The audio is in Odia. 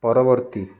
ପରବର୍ତ୍ତୀ